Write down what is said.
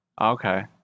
okay